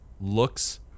looks